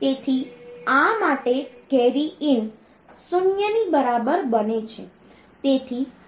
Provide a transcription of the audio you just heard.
તેથી આ માટે કેરી ઇન 0 ની બરાબર બને છે